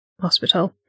hospital